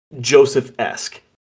Joseph-esque